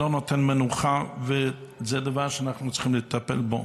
ולא נותן מנוחה, וזה דבר שאנחנו צריכים לטפל בו.